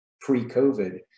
pre-COVID